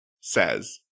says